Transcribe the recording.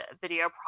video